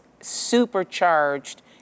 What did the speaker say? supercharged